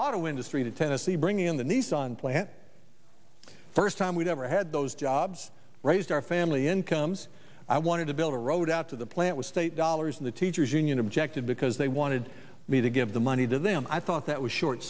auto industry the tennessee bring in the nissan plant first time we've ever had those jobs right as our family incomes i wanted to build a road out of the plant was state dollars and the teachers union objected because they wanted me to give the money to them i thought that was short